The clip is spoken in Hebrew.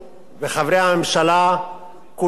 וחברי הממשלה כולם,